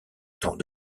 temps